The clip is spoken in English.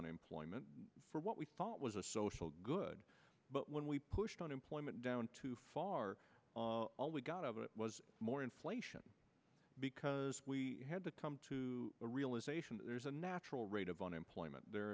unemployment for what we thought was a social good but when we pushed unemployment down too far all we got out of it was more inflation because we had to come to a realization that there's a natural rate of unemployment there